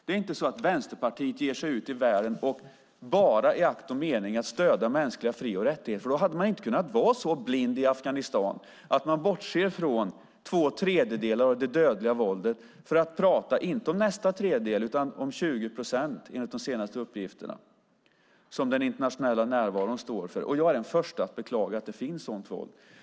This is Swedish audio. Det är inte så att Vänsterpartiet ger sig ut i världen bara i akt och mening för att stödja mänskliga fri och rättigheter, för då hade man inte kunnat vara så blind i Afghanistan att man bortser från två tredjedelar av det dödliga våldet för att tala inte om nästa tredjedel utan om de 20 procent, enligt de senaste uppgifterna, som den internationella närvaron står för. Jag är den första att beklaga att det finns ett sådant våld.